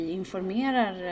informerar